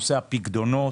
נושא הפיקדונות.